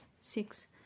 Six